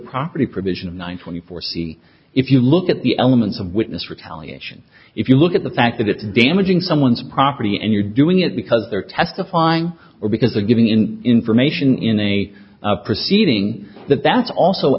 property provision of one twenty four c if you look at the elements of witness retaliation if you look at the fact that it's damaging someone's property and you're doing it because they're testifying or because they're giving in information in a proceeding that that's also